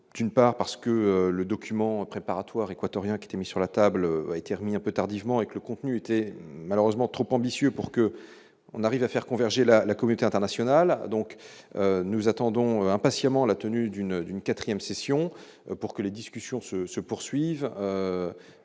d'une part parce que le document préparatoire équatorien qui mis sur la table, a été remis, un peu tardivement et que le contenu était malheureusement trop ambitieux pour qu'on arrive à faire converger la la communauté internationale, donc nous attendons impatiemment la tenue d'une d'une 4ème session pour que les discussions se se poursuivent